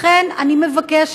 לכן אני מבקשת,